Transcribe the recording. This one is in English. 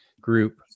group